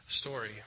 story